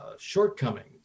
shortcomings